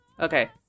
okay